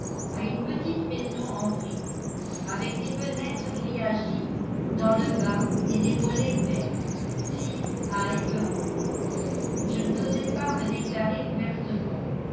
à une petite maison en briques avec des fenêtres grillagées dans le bas et des volets verts sise à highbury je n'osais pas me déclarer ouvertement